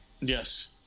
yes